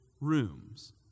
rooms